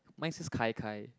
mine's just Kai Kai